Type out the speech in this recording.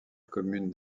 commune